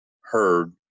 heard